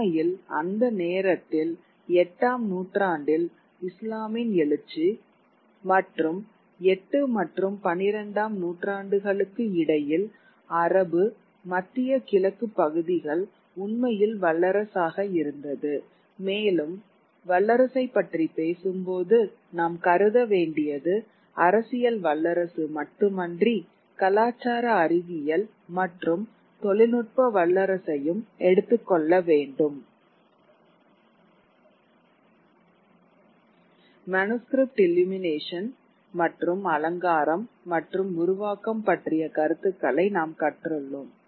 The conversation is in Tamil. உண்மையில் அந்த நேரத்தில் 8 ஆம் நூற்றாண்டில் இஸ்லாமின் எழுச்சி மற்றும் 8 மற்றும் 12 ஆம் நூற்றாண்டுகளுக்கு இடையில் அரபு மத்திய கிழக்கு பகுதிகள் உண்மையில் வல்லரசாக இருந்தது மேலும் வல்லரசைப் பற்றி பேசும்போது நாம் கருதவேண்டியது அரசியல் வல்லரசு மட்டுமின்றி கலாச்சார அறிவியல் மற்றும் தொழில்நுட்ப வல்லரசையும் எடுத்துக்கொள்ளவேண்டும் மனுஸ்கிரிப்ட் இல்லுமினேஷன் மற்றும் அலங்காரம் மற்றும் உருவாக்கம் பற்றிய கருத்துக்களை நாம் கற்றுள்ளோம்